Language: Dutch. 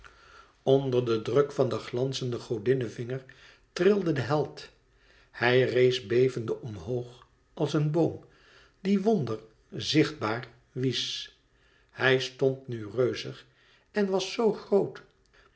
onder den druk van den glanzenden godinnevinger trilde de held hij rees bevende omhoog als een boom die wonder zichtbaar wies hij stond nu reuzig en was zoo groot